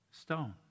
stone